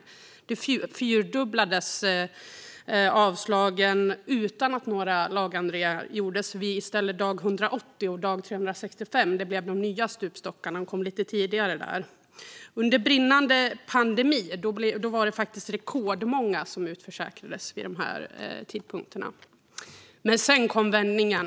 Avslagen fyrdubblades utan att några lagändringar gjordes. I stället blev dag 180 och dag 365 de nya stupstockarna. De kom lite tidigare. Under brinnande pandemi utförsäkrades rekordmånga vid dessa tidpunkter. Men sedan kom vändningen.